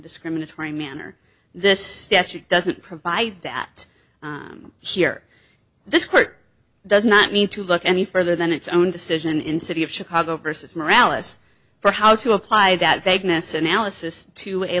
discriminatory manner this statute doesn't provide that here this court does not need to look any further than its own decision in city of chicago versus morales for how to apply that they'd miss analysis to a